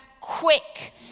quick